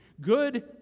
Good